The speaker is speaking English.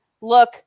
look